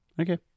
Okay